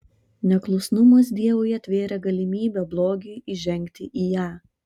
neklusnumas dievui atvėrė galimybę blogiui įžengti į ją